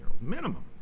minimum